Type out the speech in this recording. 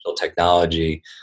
technology